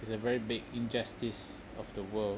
is a very big injustice of the world